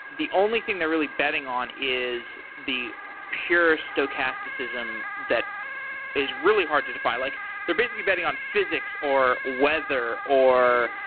the only thing they're really betting on is the pure stochasticism that is really hard to define. like they're basically betting on physics, or weather, or